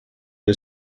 del